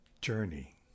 journey